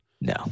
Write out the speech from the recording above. No